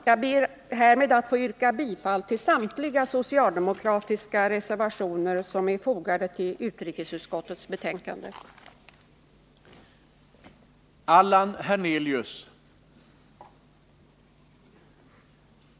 Jag ber härmed att få yrka bifall till samtliga socialdemokratiska reservationer som är fogade till utrikesutskottets betänkande 1979/80:20.